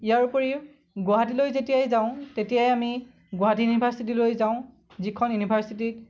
ইয়াৰোপৰিও গুৱাহাটীলৈ যেতিয়াই যাওঁ তেতিয়াই আমি গুৱাহাটী ইউনিভাৰ্ছিটিলৈ যাওঁ যিখন ইউনিভাৰ্ছিটিত